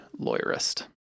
LAWYERIST